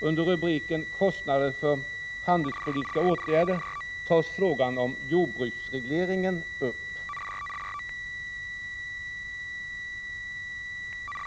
Under rubriken ”Kostnader för handelspolitiska åtgärder” tas frågan om jordbruksregleringen upp.